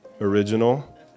original